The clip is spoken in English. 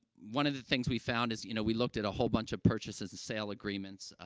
one of the things we found is you know, we looked at a whole bunch of purchases to sale agreements, ah,